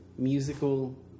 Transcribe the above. Musical